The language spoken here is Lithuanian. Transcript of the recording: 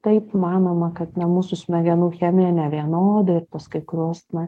taip manoma kad na mūsų smegenų chemija nevienoda ir pas kai kuriuos na